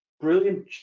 brilliant